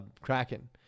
Kraken